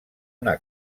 una